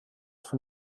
von